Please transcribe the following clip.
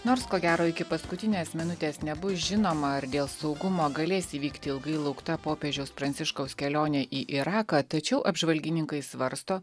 nors ko gero iki paskutinės minutės nebus žinoma ar dėl saugumo galės įvykti ilgai laukta popiežiaus pranciškaus kelionė į iraką tačiau apžvalgininkai svarsto